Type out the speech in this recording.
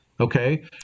Okay